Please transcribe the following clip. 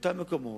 באותם מקומות,